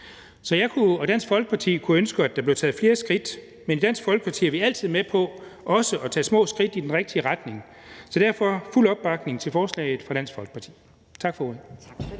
Så jeg og Dansk Folkeparti kunne ønske, at der blev taget flere skridt, men i Dansk Folkeparti er vi altid med på også at tage små skridt i den rigtige retning, så derfor er der fuld opbakning fra Dansk Folkeparti til forslaget. Tak for